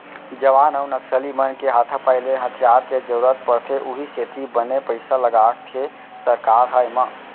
जवान अउ नक्सली मन के हाथापाई ले हथियार के जरुरत पड़थे उहीं सेती बने पइसा लगाथे सरकार ह एमा